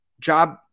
Job